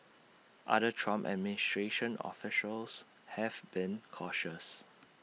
other Trump administration officials have been cautious